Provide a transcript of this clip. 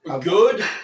Good